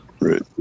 Right